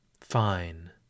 fine